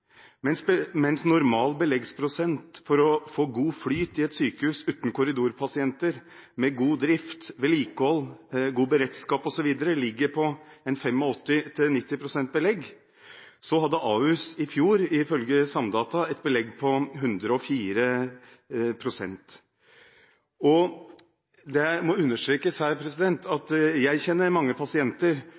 Mens normal beleggsprosent for å få god flyt i et sykehus – uten korridorpasienter, med god drift, vedlikehold, god beredskap osv. – ligger på 85–90 pst. belegg, hadde Ahus i fjor, ifølge Samdata, et belegg på 104 pst. Det må understrekes at jeg kjenner mange pasienter